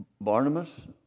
Barnabas